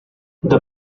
the